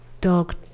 dog